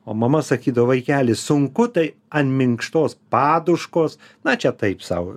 o mama sakydavo vaikeli sunku tai ant minkštos paduškos na čia taip sau